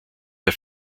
der